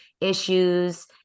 issues